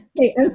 Hey